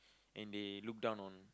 and they look down on